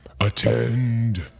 attend